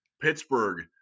Pittsburgh